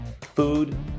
food